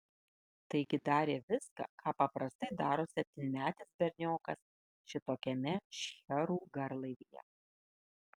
taigi darė viską ką paprastai daro septynmetis berniokas šitokiame šcherų garlaivyje